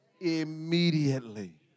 Immediately